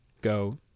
go